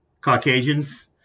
caucasians